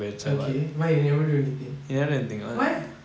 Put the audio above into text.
okay why he never do anything [what]